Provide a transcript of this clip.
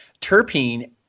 terpene